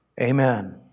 amen